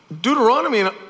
Deuteronomy